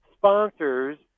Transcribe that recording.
Sponsors